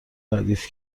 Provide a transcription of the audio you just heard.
ردیف